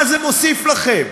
מה זה מוסיף לכם?